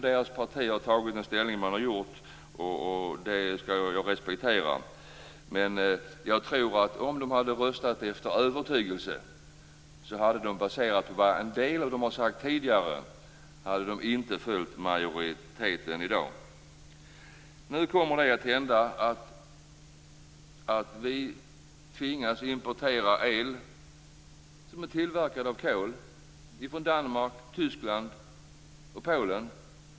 Deras parti har tagit ställning, och det skall jag respektera. Men jag tror att om de hade röstat efter övertygelse hade de, baserat på vad en del av dem sagt tidigare, inte följt majoriteten i dag. Nu kommer vi att tvingas importera el som är tillverkad av kol, från Danmark, Tyskland och Polen.